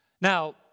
Now